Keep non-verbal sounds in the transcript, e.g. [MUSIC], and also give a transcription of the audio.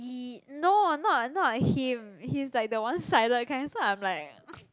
he no not not him he's like the one sided kind so I'm like [NOISE]